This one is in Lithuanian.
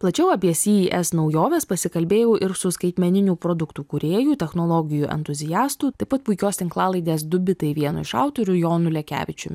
plačiau apie sy y es naujoves pasikalbėjau ir su skaitmeninių produktų kūrėju technologijų entuziastu taip pat puikios tinklalaidės du bitai vienu iš autorių jonu lekevičium